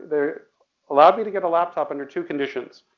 they allowed me to get a laptop under two conditions.